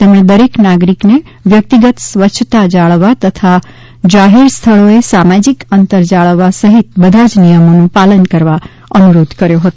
તેમણે દરેક નાગરિકને વ્યક્તિગત સ્વચ્છતા જાળવવા તથા જાહેર સ્થળોએ સામાજીક અંતર જાળવવા સહિત બધા જ નિયમોનું પાલન કરવા અનુરોધ કર્યો હતો